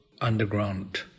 underground